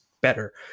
better